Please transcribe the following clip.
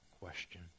question